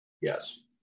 Yes